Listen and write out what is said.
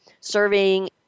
serving